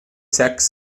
sex